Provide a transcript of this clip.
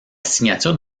signature